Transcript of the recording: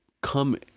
come